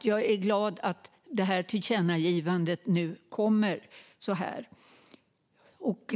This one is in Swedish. Jag är därför glad över tillkännagivandet.